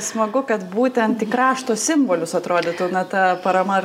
smagu kad būtent į krašto simbolius atrodytų na ta parama ir